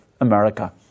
America